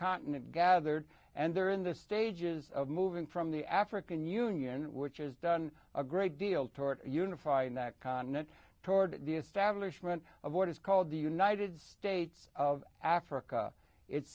continent gathered and they're in the stages of moving from the african union which has done a great deal toward unifying that continent toward the establishment of what is called the united states of africa it's